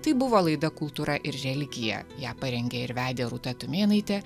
tai buvo laida kultūra ir religija ją parengė ir vedė rūta tumėnaitė